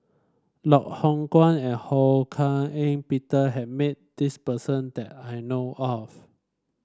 Loh Hoong Kwan and Ho Hak Ean Peter has met this person that I know of